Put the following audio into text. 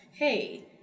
Hey